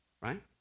Right